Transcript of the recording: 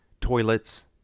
toilets